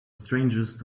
strangest